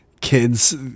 kids